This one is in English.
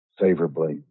favorably